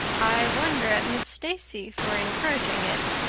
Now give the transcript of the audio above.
i wonder at miss stacy for encouraging it.